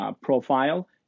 profile